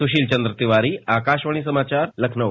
सुशील चंद्र तिवारी आकाशवाणी समाचार लखनऊ